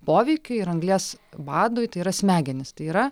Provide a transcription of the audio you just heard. poveikiui ir anglies badui tai yra smegenys tai yra